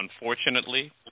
unfortunately